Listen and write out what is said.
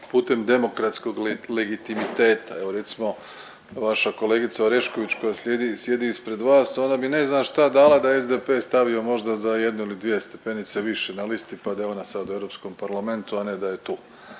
putem demokratskog legitimiteta. Evo recimo vaša kolegica Orešković koja sjedi ispred vas ona bi ne znam šta dala da je SDP stavio možda za jednu ili dvije stepenice više na listi pa da je ona sada u Europskom parlamentu, a ne da je tu.